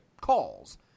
calls